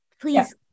please